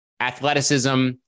athleticism